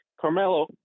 Carmelo